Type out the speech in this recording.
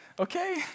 Okay